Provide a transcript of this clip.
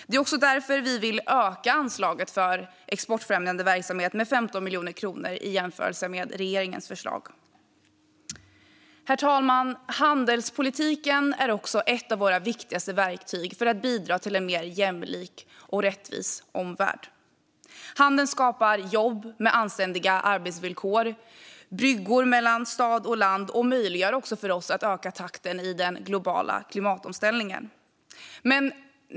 Det är därför vi vill öka anslaget till exportfrämjande verksamhet med 15 miljoner kronor jämfört med regeringens förslag. Herr talman! Handelspolitiken är också ett av våra viktigaste verktyg i arbetet med att bidra till en mer jämlik och rättvis omvärld. Handeln skapar jobb med anständiga arbetsvillkor och bryggor mellan stad och land, och den möjliggör för oss att öka takten i den globala klimatomställningen.